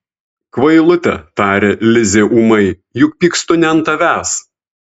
kvailute taria lizė ūmai juk pykstu ne ant tavęs